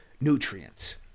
nutrients